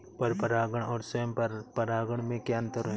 पर परागण और स्वयं परागण में क्या अंतर है?